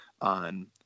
on